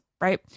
right